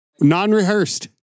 Non-rehearsed